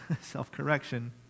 self-correction